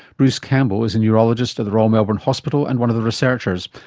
bruce campbell is a neurologist at the royal melbourne hospital and one of the researchers,